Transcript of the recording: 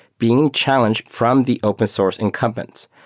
being challenged from the open source incumbents.